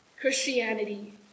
Christianity